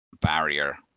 barrier